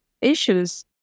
issues